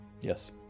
Yes